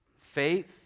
faith